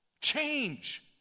Change